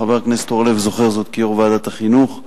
חבר הכנסת אורלב זוכר זאת כיושב-ראש ועדת החינוך.